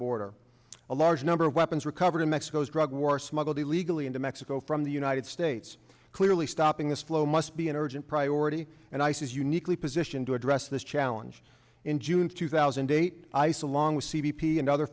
border a large number of weapons recovered in mexico's drug war smuggled illegally into mexico from the united states clearly stopping this flow must be an urgent priority and ice is uniquely positioned to address this challenge in june two thousand and eight ice along with c b p and other